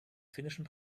finnischen